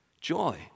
Joy